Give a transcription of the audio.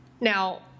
now